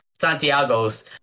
santiago's